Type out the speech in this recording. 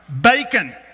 Bacon